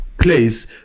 place